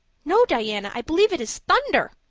no, diana, i believe it is thunder.